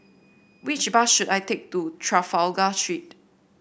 which bus should I take to Trafalgar Street